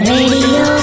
Radio